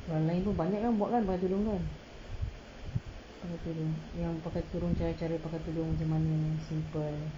orang lain pun banyak kan buat kan pakai tudung kan err pakai tudung cara-cara pakai tudung mana simple